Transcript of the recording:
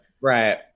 Right